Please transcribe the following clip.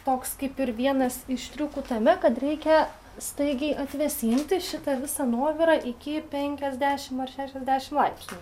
toks kaip ir vienas iš triukų tame kad reikia staigiai atvėsinti šitą visą nuovirą iki penkiasdešim ar šešiasdešim laipsnių